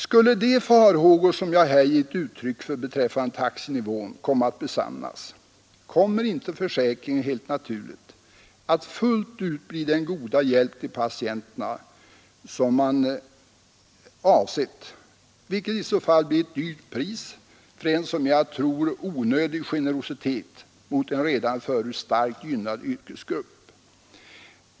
Skulle de farhågor som jag här givit uttryck för beträffande taxenivån komma att besannas, kommer helt naturligt försäkringen inte att fullt ut bli den goda hjälp till patienterna som man avsett, vilket i så fall blir ett högt pris på en som jag tror onödig generositet mot en redan förut starkt gynnad yrkesgrupp.